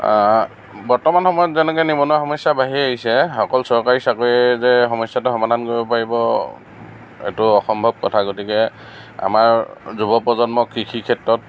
বৰ্তমান সময়ত যেনেকৈ নিবনুৱা সমস্যা বাঢ়ি আহিছে অকল চৰকাৰী চাকৰিয়ে যে সমস্যাটো সমাধান কৰিব পাৰিব এইটো অসম্ভৱ কথা গতিকে আমাৰ যুৱ প্ৰজন্ম কৃষি ক্ষেত্ৰত